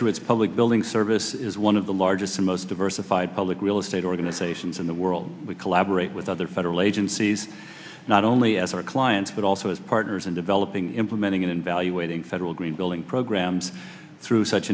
its public building service is one of the largest and most diversified public real estate organizations in the world we collaborate with other federal agencies not only as our clients but also as partners in developing implementing and valuating federal green building programs through such